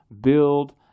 build